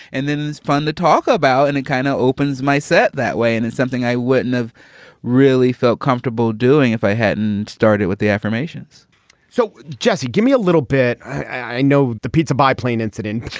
and then it is fun to talk about and it kind of opens my set that way. and it's something i wouldn't have really felt comfortable doing if i hadn't started with the affirmations so just give me a little bit. i know the pizza by plane incident.